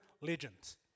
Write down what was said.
Legends